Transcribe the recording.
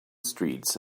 streets